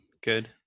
Good